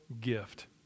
gift